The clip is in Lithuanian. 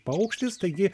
paukštis taigi